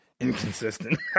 Inconsistent